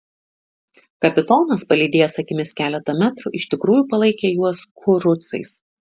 kapitonas palydėjęs akimis keletą metrų iš tikrųjų palaikė juos kurucais